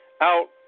out